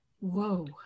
Whoa